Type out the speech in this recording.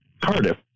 Cardiff